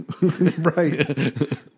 right